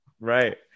Right